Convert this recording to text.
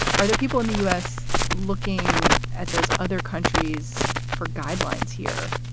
are there people in the u s. looking at those other countries for guidelines here?